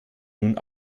nun